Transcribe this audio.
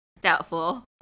Doubtful